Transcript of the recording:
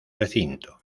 recinto